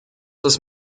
ist